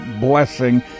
blessing